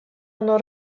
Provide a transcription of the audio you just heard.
ono